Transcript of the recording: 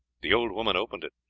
the old woman opened it.